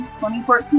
2014